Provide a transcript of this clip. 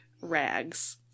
rags